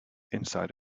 inside